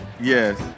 Yes